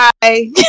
Bye